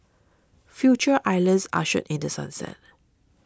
Future Islands ushered in The Sunset